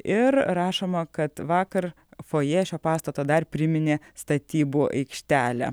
ir rašoma kad vakar fojė šio pastato dar priminė statybų aikštelę